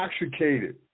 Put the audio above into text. intoxicated